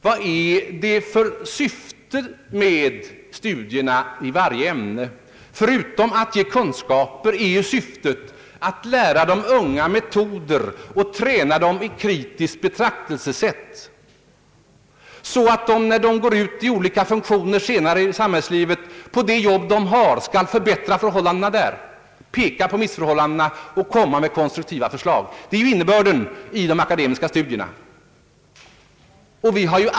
Vad är det för syfte med studierna i varje ämne? Förutom att ge kunskaper är ju syftet att lära de unga metoder och träna dem i kritiskt betraktelsesätt, så att de när de senare går ut i olika funktioner i samhällslivet, skall förbättra förhållandena på det jobb de har, ändra på missförhållandena och komma med konstruktiva förslag. Det är ju innebörden i de akademiska studierna.